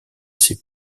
sait